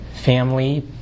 family